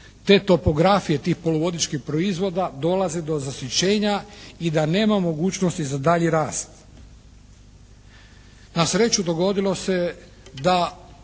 te topografije, tih poluvodičkih proizvoda dolaze do zasićenja i da nema mogućnosti za dalji rast. Na sreću dogodilo se da